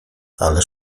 ale